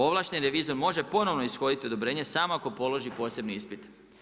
Ovlašteni revizor može ponovno ishoditi odobrenje samo ako položi posebni ispit.